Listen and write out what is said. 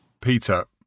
Peter